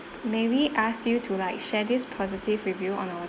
may we ask you to like share this positive review on our